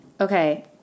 Okay